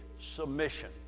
submission